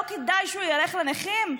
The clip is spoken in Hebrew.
לא כדאי שהוא ילך לנכים?